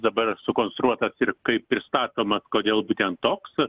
dabar sukonstruotas ir kaip pristatomas kodėl būtent toks